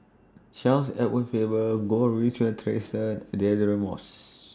Charles Edward Faber Goh Rui Si Theresa Deirdre Moss